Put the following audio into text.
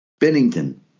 Bennington